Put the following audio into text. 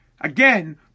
Again